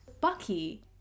Bucky